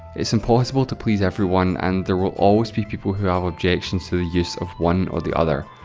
it's impossible to please everyone, and there will always be people who have objections to the use of one or the other.